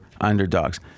underdogs